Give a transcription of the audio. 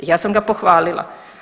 Ja sam ga pohvalila.